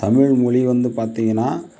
தமிழ்மொழி வந்து பார்த்தீங்கன்னா